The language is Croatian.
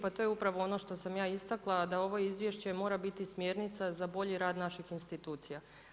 Pa to je upravo ono što sam ja istakla da ovo izvješće mora biti smjernica za bolji rad naših institucija.